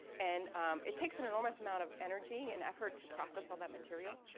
and it takes an enormous amount of energy and effort to process all that material,